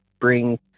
bring